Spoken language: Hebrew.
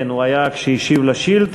כן, הוא היה כשהשיב לשאילתה.